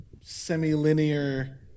semi-linear